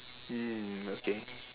mm okay